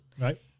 Right